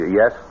yes